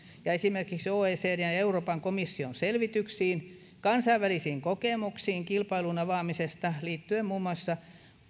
ja esimerkiksi oecdn ja euroopan komission selvityksiin ja kansainvälisiin kokemuksiin kilpailun avaamisesta liittyen muun muassa